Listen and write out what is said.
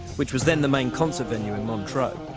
which was then the main concert venue in montreux.